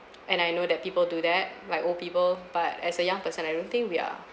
and I know that people do that like old people but as a young person I don't think we are